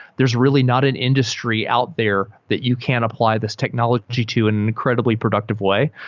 there's really not an industry out there that you can apply this technology to in an incredibly productive way.